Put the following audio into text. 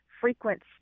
frequent